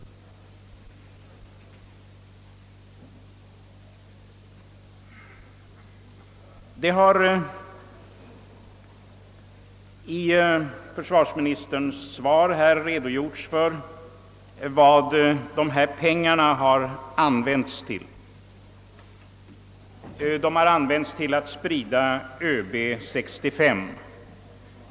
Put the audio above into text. Det har i försvarsministerns svar redogjorts för de ändamål till vilka dessa pengar har använts. De har bl.a. tagits i anspråk för att sprida skriften ÖB 65.